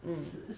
hmm